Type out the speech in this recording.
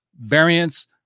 variants